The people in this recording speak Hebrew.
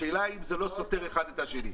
השאלה אם זה לא סותר אחד את השני?